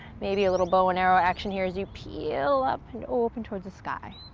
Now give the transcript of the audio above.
maybe a little bow and arrow action here as you peel up and open towards the sky.